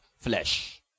flesh